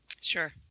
Sure